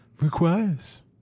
requires